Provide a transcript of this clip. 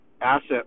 asset